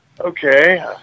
okay